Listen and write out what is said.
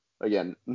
again